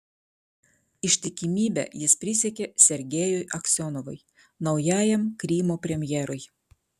ištikimybę jis prisiekė sergejui aksionovui naujajam krymo premjerui